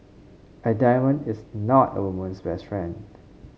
a diamond is not a woman's best friend